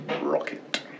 rocket